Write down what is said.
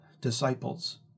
disciples